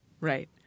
Right